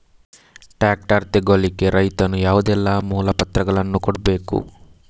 Tractor ತೆಗೊಳ್ಳಿಕೆ ರೈತನು ಯಾವುದೆಲ್ಲ ಮೂಲಪತ್ರಗಳನ್ನು ಕೊಡ್ಬೇಕು?